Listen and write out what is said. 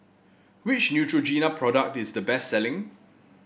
which Neutrogena product is the best selling